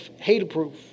Haterproof